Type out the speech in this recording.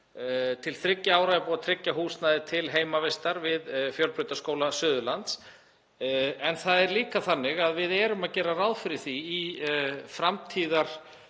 til þriggja ára er búið að tryggja húsnæði til heimavistar við Fjölbrautaskóla Suðurlands. En það er líka þannig að við gerum ráð fyrir framtíðarlausn